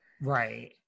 Right